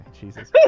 Jesus